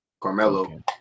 Carmelo